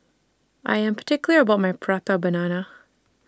I Am particular about My Prata Banana